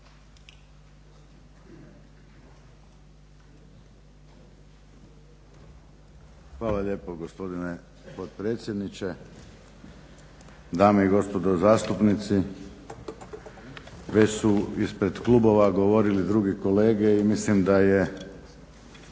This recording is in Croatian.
Hvala lijepo gospodine potpredsjedniče. Dame i gospodo zastupnici. Već su ispred klubova govorili drugi kolege i mislim da je